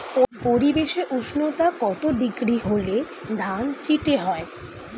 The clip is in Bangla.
পরিবেশের উষ্ণতা কত ডিগ্রি হলে ধান চিটে হয়?